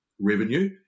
revenue